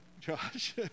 Josh